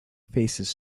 faces